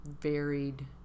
varied